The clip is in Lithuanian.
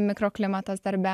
mikroklimatas darbe